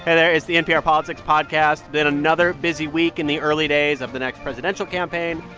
and there. it's the npr politics podcast. been another busy week in the early days of the next presidential campaign.